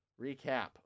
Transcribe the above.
recap